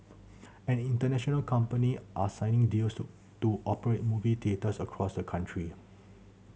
and international company are signing deals to to operate movie theatres across the country